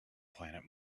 planet